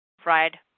fried